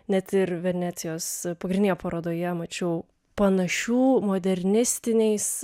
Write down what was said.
net ir venecijos pagrindinėje parodoje mačiau panašių modernistiniais